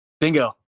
Bingo